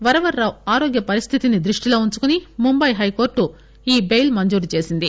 వరవరరావు ఆరోగ్య పరిస్థితిని దృష్టిలో ఉంచుకొని ముంబై హైకోర్టు బెయిల్ మంజురు చేసింది